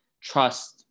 trust